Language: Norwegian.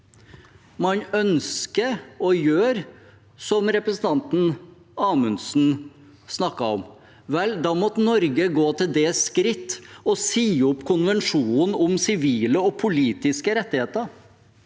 man ønsker å gjøre som representanten Amundsen snakket om, måtte Norge gå til det skritt å si opp FNs konvensjonen om sivile og politiske rettigheter,